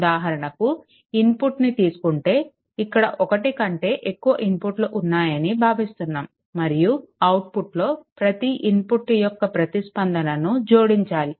ఉదాహరణకు ఇన్పుట్ని తీసుకుంటే ఇక్కడ ఒకటి కంటే ఎక్కువ ఇన్పుట్లు ఉన్నాయని భావిస్తున్నాము మరియు అవుట్పుట్ లో ప్రతి ఇన్పుట్ యొక్క ప్రతిస్పందనను జోడించాలి